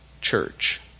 church